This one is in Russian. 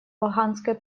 афганской